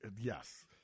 Yes